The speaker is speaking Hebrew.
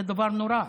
זה דבר נורא.